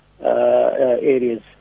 areas